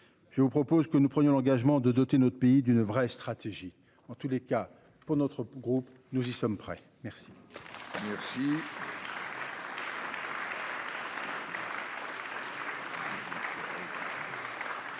Je vous propose que nous prenons l'engagement de doter notre pays d'une vraie stratégie en tous les cas pour notre groupe, nous y sommes prêts. Merci.